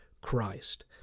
Christ